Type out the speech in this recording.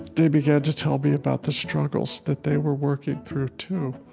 they began to tell me about the struggles that they were working through, too.